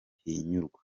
ntihinyurwa